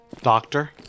Doctor